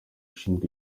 ushinzwe